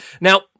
Now